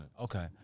Okay